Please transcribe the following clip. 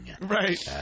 Right